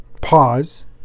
pause